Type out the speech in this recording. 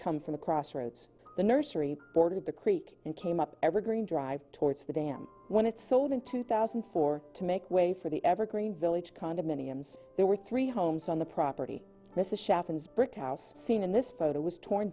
come from a crossroads the nursery bordered the creek and came up evergreen drive towards the dam when it sold in two thousand and four to make way for the evergreen village condominiums there were three homes on the property mrs chef innsbruck house seen in this photo was torn